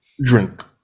drink